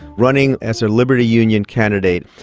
running as a liberty union candidate.